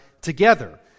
together